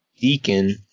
Deacon